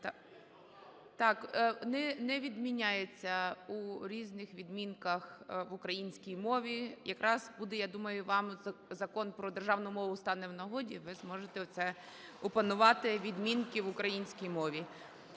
Так, не відміняється у різних відмінках в українській мові. Якраз буде, я думаю, вам Закон про державну мову стане в нагоді, ви зможете це опанувати відмінки в українській мові.